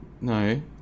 No